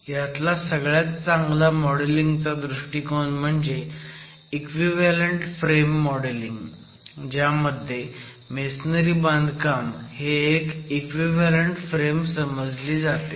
ह्यातला सगळ्यात चांगला मॉडेलिंग दृष्टिकोन म्हणजे इक्विव्हॅलंट फ्रेम मॉडेलिंग ज्यामध्ये मेसनरी बांधकाम हे एक इक्विव्हॅलंट फ्रेम समजली जाते